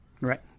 Right